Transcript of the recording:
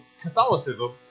Catholicism